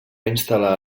instal·lar